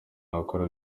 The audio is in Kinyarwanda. nakora